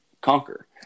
conquer